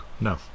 No